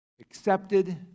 accepted